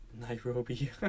Nairobi